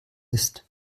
ist